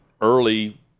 early